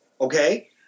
Okay